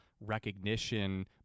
recognition